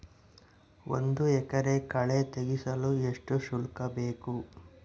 ಒಂದು ಎಕರೆ ಕಳೆ ತೆಗೆಸಲು ಎಷ್ಟು ಶುಲ್ಕ ಬೇಕು?